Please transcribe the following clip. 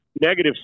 negative